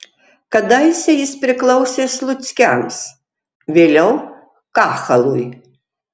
kadaise jis priklausė sluckiams vėliau kahalui